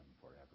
forever